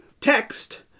text